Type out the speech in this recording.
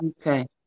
Okay